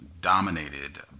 dominated